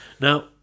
now